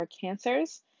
Cancers